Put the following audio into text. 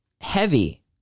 Heavy